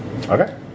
okay